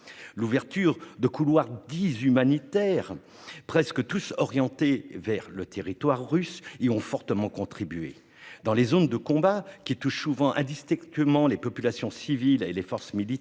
L'ouverture de couloirs dits humanitaires, presque tous orientés vers le territoire russe, y a fortement contribué. Dans les zones de combat, qui touchent souvent indistinctement les populations civiles et les forces militaires,